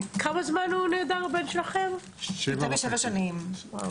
הבן שלנו נעדר יותר מ-7.5 שנים.